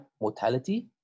mortality